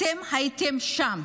אתם הייתם שם.